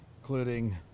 including